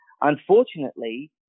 unfortunately